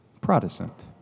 Protestant